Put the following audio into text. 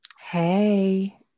Hey